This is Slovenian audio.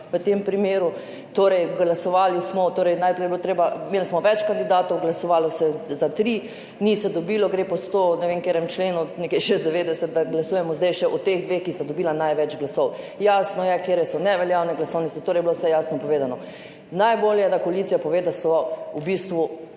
v tem primeru. Torej, glasovali smo. Najprej smo imeli več kandidatov, glasovalo se je za tri, ni se dobilo, gre po ne vem, katerem členu, nekje 196., da glasujemo zdaj še o teh dveh, ki sta dobila največ glasov. Jasno je, katere so neveljavne glasovnice, torej je bilo vse jasno povedano. Najbolje, da koalicija pove, da so se v bistvu